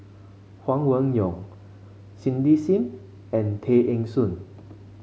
Huang Wenhong Cindy Sim and Tay Eng Soon